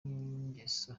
n’ingeso